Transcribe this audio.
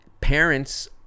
parents